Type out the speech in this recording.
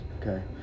Okay